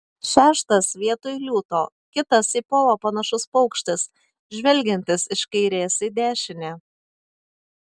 šeštas vietoj liūto kitas į povą panašus paukštis žvelgiantis iš kairės į dešinę